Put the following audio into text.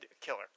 killer